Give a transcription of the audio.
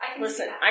Listen